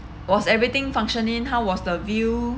was everything functioning how was the view